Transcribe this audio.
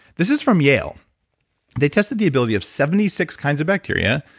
this is from yale they tested the ability of seventy six kinds of bacteria,